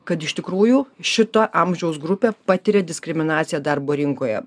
kad iš tikrųjų šito amžiaus grupė patiria diskriminaciją darbo rinkoje